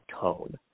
tone